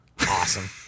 Awesome